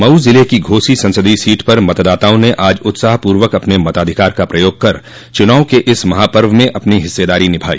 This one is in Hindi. मऊ जिले की घोसी संसदीय सीट पर मतदाताओं ने आज उत्साहपूर्वक अपन मताधिकार का प्रयोग कर चुनाव के इस महापर्व में अपनी हिस्सेदारी निभाई